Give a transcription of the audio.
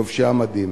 לובשי המדים.